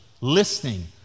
listening